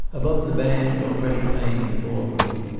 above the band, already playing in the ballroom,